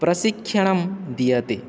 प्रशिक्षणं दीयते